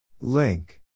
Link